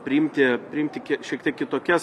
priimti priimti šiek tiek kitokias